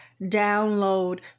download